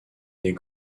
les